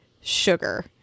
sugar